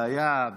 אין שום בעיה,